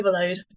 overload